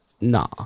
Nah